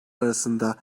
arasında